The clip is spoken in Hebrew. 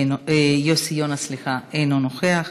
אינו נוכח,